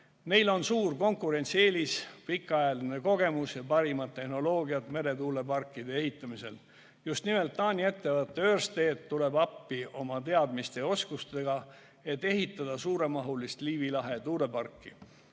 Neil on suur konkurentsieelis, pikaajaline kogemus ja parimad tehnoloogiad meretuuleparkide ehitamisel. Just nimelt Taani ettevõte Ørsted tuleb appi oma teadmiste ja oskustega, et ehitada suuremahulist Liivi lahe tuuleparki.